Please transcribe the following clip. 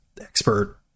expert